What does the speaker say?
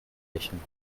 lächeln